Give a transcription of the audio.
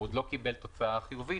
הוא עוד לא קיבל תוצאה חיובית,